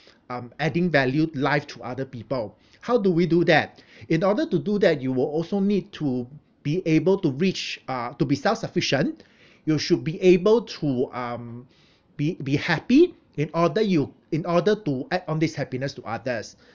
um adding value life to other people how do we do that in order to do that you will also need to be able to reach uh to be self-sufficient you should be able to um be be happy in order you in order to add on this happiness to others